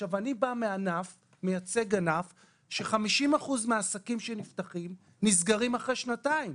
אני מייצג ענף ש-50 אחוזים מהעסקים שנפתחים נסגרים אחרי שנתיים.